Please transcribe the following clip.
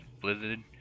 Blizzard